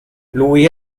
lui